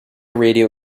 radio